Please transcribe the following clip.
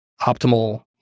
optimal